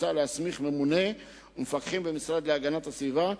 מוצע להסמיך ממונה ומפקחים במשרד להגנת הסביבה,